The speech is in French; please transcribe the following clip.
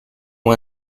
ont